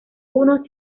uno